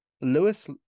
Lewis